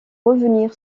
revenir